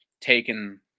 taken –